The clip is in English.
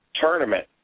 tournament